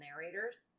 narrators